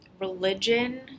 religion